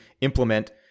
implement